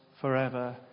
forever